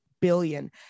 billion